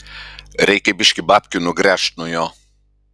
reikia biškį babkių nugręžt nuo jo